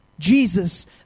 Jesus